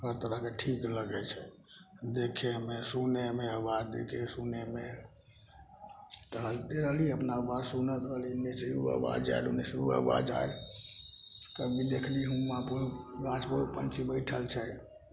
हर तरहके ठीक लगै छै देखेमे सुनै आवाज देके सुनैमे टहलते रहली अपना आवाज सुनैत रहली एने से उ आवाज आयल ओने से उ आवाज आयल तब भी देखली हुआँ पर उ गाछ पर उ पन्छी बैठल छै